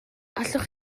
allwch